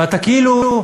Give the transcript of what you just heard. ואתה כאילו,